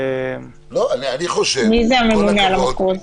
מי זה הממונה על המחוז?